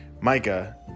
Micah